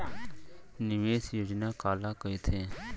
निवेश योजना काला कहिथे?